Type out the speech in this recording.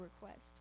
request